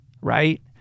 right